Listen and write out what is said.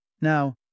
now